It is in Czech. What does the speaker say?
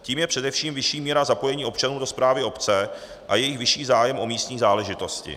Tím je především vyšší míra zapojení občanů do správy obce a jejich vyšší zájem o místní záležitosti.